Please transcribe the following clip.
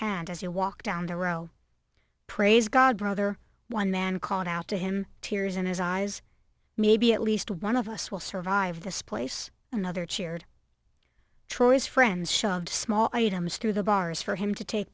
hand as you walk down the row praise god brother one man called out to him tears in his eyes maybe at least one of us will survive this place another cheered troy's friends shoved small items through the bars for him to take